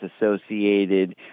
associated